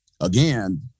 again